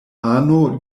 ano